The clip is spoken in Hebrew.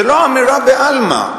זה לא אמירה בעלמא.